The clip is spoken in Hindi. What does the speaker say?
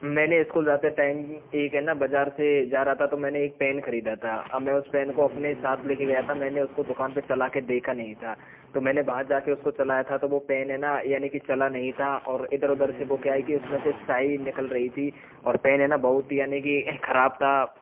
मैंने स्कूल जाते टाइम एक है ना बाज़ार से जा रहा था तो मैंने एक पेन ख़रीदा था अब मैं उस पेन को अपने साथ ले कर गया था मैंने उसको दुकान पर चला के देखा नहीं था तो मैंने बाहर जा कर उसको चलाया था तो वो पेन है ना यानी कि चला नहीं था और इधर उधर से वो क्या है कि उस में से स्याही निकल रही थी और पेन है ना बहुत यानी कि ख़राब था